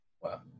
Wow